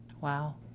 Wow